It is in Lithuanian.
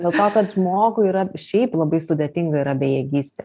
dėl to kad žmogui yra šiaip labai sudėtinga yra bejėgystė